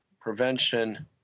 prevention